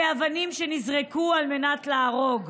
אלה אבנים שנזרקו על מנת להרוג.